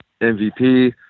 MVP